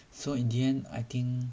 so in the end I think